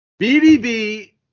BDB